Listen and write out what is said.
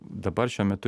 dabar šiuo metu